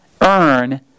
earn